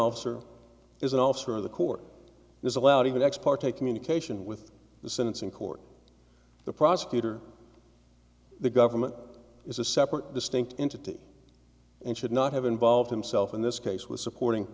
officer is an officer of the court is allowed even ex parte communication with the sentencing court the prosecutor the government is a separate distinct entity and should not have involved himself in this case with supporting